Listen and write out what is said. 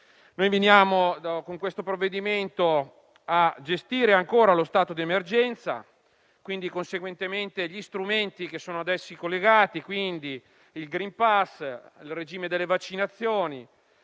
Noi veniamo, con questo provvedimento, a gestire ancora lo stato d'emergenza e, conseguentemente, gli strumenti che sono ad esso collegati: quindi, il *green pass* e il regime delle vaccinazioni.